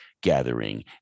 gathering